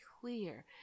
clear